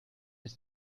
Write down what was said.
ist